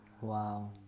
Wow